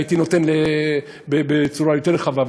הייתי נותן בצורה רחבה יותר.